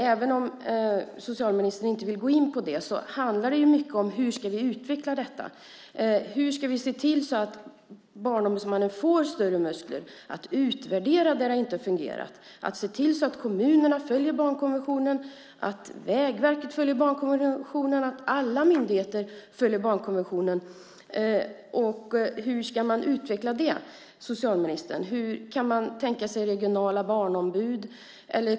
Även om socialministern inte vill gå in på det handlar det mycket om hur vi ska utveckla detta. Hur ska vi se till att Barnombudsmannen får större muskler för att utvärdera det som inte fungerar, att se till att kommunerna följer barnkonventionen, att Vägverket följer barnkonventionen, att alla myndigheter följer barnkonventionen? Hur ska man utveckla det, socialministern? Kan man tänka sig regionala barnombud?